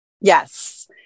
Yes